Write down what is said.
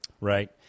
Right